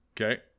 Okay